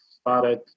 started